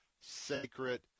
sacred